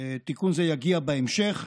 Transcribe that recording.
יגיע בהמשך.